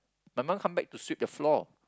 my mum come back to sweep the floor